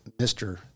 mr